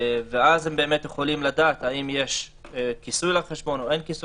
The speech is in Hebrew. אז הם באמת יכולים לדעת אם יש כיסוי לחשבון או אין כיסוי